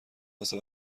واسه